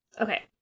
okay